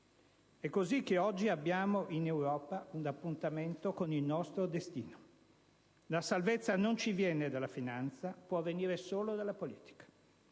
È così che oggi abbiamo in Europa un appuntamento con il nostro destino. La salvezza non ci viene dalla finanza, può venire solo dalla politica;